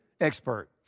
expert